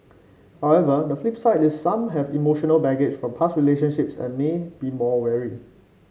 however the flip side is some have emotional baggage from past relationships and may be more wary